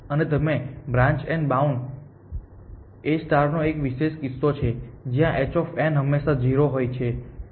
અને તમે branch and bound એ A નો એક વિશેષ કિસ્સો છે જ્યાં h હંમેશાં ૦ હોય છે